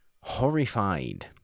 horrified